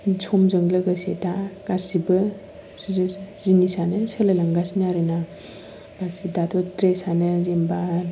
समजों लोगोसे दा गासिबो जिनिसानो सोलायलांगासिनो आरो ना दाथ' ड्रेसानो जेन'बा